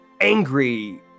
angry